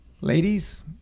Ladies